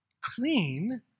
clean